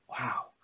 wow